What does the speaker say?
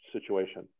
situation